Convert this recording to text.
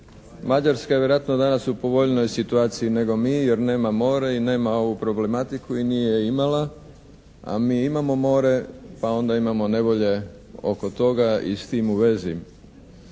vjerojatno danas u povoljnijoj situaciji nego mi jer nema more i nema ovu problematiku i nije je imala, a mi imamo more pa onda imamo nevolje oko toga i s tim u vezi.